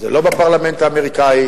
זה לא בפרלמנט האמריקני.